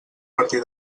partir